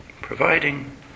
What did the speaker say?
providing